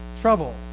trouble